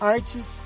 Artes